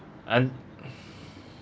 and